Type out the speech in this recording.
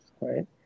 right